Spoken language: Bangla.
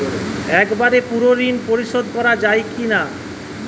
একবারে পুরো ঋণ পরিশোধ করা যায় কি না?